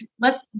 let